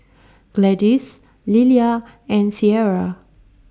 Gladys Lilia and Sierra